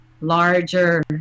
larger